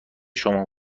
شما